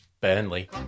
Burnley